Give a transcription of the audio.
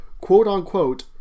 quote-unquote